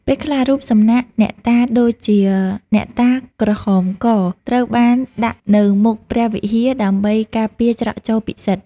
ពេលខ្លះ រូបសំណាកអ្នកតាដូចជា អ្នកតាក្រហមក ត្រូវបានដាក់នៅមុខព្រះវិហារដើម្បីការពារច្រកចូលពិសិដ្ឋ ។